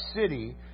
city